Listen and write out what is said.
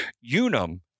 Unum